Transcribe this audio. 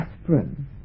aspirin